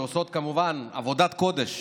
שעושות כמובן עבודת קודש